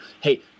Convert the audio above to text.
hey